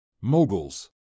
moguls